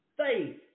faith